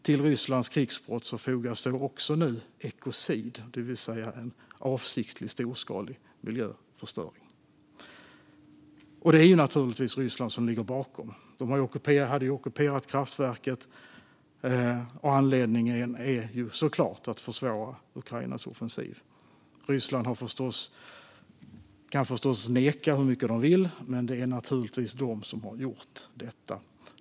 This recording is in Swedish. Till Rysslands krigsbrott fogas nu också ekocid, det vill säga en avsiktlig och storskalig miljöförstöring. Det är naturligtvis Ryssland som ligger bakom. De hade ockuperat kraftverket, och anledningen är såklart att försvåra Ukrainas offensiv. Ryssland kan förstås neka hur mycket de vill, men det är naturligtvis de som har gjort detta.